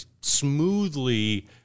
smoothly